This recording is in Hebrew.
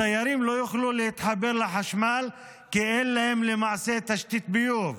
הדיירים שם לא יוכלו להתחבר לחשמל כי אין להם למעשה תשתית ביוב.